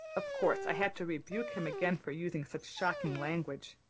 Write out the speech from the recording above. of course, i had to rebuke him again for using such shocking language.